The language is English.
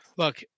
Look